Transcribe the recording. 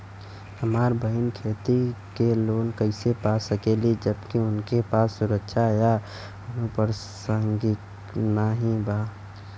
हमार बहिन खेती के लोन कईसे पा सकेली जबकि उनके पास सुरक्षा या अनुपरसांगिक नाई बा?